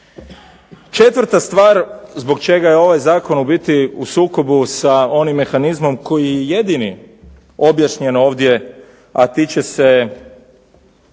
Četvrta stvar zbog čega je ovaj zakon u biti u sukobu sa onim mehanizmom koji je jedini objašnjen ovdje, a tiče se